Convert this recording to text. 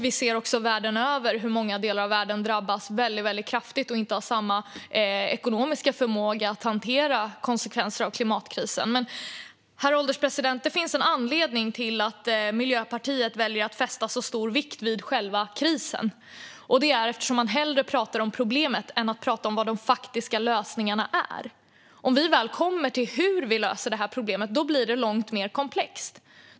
Vi ser också hur många delar av världen som inte har samma ekonomiska förmåga som vi att hantera konsekvenser av klimatkrisen drabbas väldigt kraftigt. Herr ålderspresident! Det finns en anledning till att Miljöpartiet väljer att fästa så stor vikt vid själva krisen: Man pratar hellre om problemet än om vilka de faktiska lösningarna är. Om vi väl kommer till frågan om hur vi löser problemet blir det hela långt mer komplext.